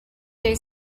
day